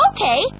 Okay